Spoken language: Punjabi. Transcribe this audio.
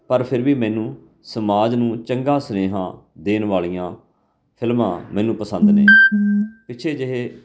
ਪਰ ਫਿਰ ਵੀ ਮੈਨੂੰ ਸਮਾਜ ਨੂੰ ਚੰਗਾ ਸੁਨੇਹਾ ਦੇਣ ਵਾਲੀਆਂ ਫਿਲਮਾਂ ਮੈਨੂੰ ਪਸੰਦ ਪਿੱਛੇ ਜਿਹੇ